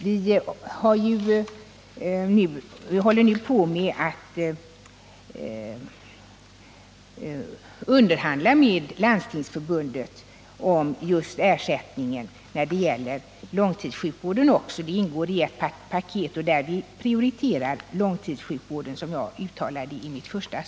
Vi underhandlar f. n. med Landstingsförbundet om just ersättningsfrågor när det gäller långtidssjukvården. Detta ingår i ett paket där vi prioriterar långtidssjukvården, som jag tidigare framhöll.